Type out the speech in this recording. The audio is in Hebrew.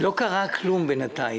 לא קרה כלום בינתיים.